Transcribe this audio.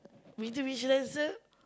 Mitsubishi Lancer